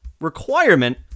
requirement